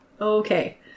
Okay